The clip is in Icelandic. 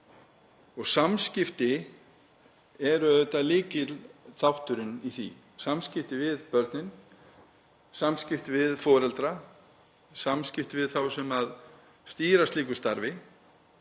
og samskipti eru auðvitað lykilþátturinn í því, samskipti við börnin, samskipti við foreldra og samskipti við þá sem stýra slíku starfi.